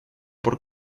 por